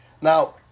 Now